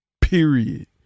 Period